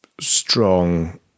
strong